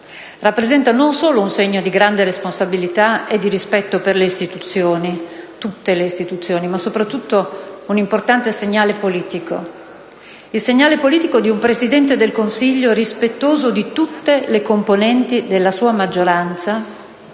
rappresenta non solo un segno di grande responsabilità e di rispetto per le istituzioni - per tutte le istituzioni - ma soprattutto l'importante segnale politico di un Presidente del Consiglio rispettoso di tutte le componenti della sua maggioranza,